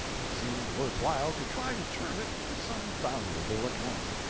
it seemed worth while to try to turn it to some valuable account.